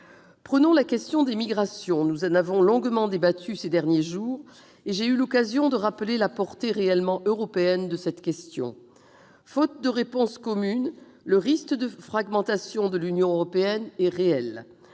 Prenons la question des migrations. Nous en avons longuement débattu ces derniers jours et j'ai eu l'occasion de rappeler la portée réellement européenne de cette question. Faute de réponse commune, le risque de fragmentation de l'Union européenne est réel.